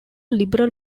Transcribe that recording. liberal